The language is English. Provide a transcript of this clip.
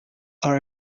our